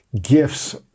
Gifts